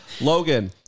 Logan